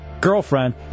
girlfriend